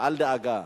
אל דאגה.